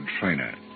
trainer